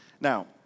Now